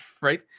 right